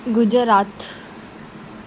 Gujarat